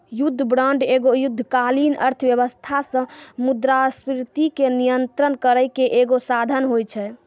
युद्ध बांड एगो युद्धकालीन अर्थव्यवस्था से मुद्रास्फीति के नियंत्रण करै के एगो साधन होय छै